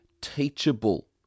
teachable